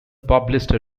published